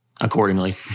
Accordingly